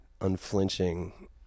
Unflinching